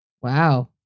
Wow